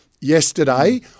yesterday